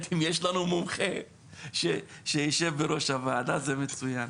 אם יש לנו מומחה שיישב בראש הוועדה, זה מצוין.